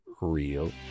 real